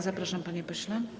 Zapraszam, panie pośle.